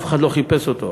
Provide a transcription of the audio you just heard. אף אחד לא חיפש אותו.